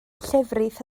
llefrith